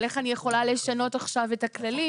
של איך אני יכולה לשנות עכשיו את הכללים.